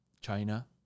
China